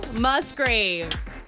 Musgraves